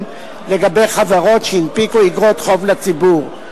לגבי חברות שהנפיקו איגרות חוב לציבור,